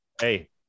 Hey